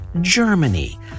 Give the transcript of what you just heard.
Germany